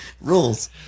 Rules